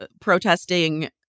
protesting